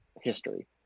history